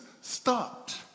stopped